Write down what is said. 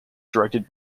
directed